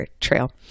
trail